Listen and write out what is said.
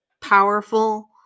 powerful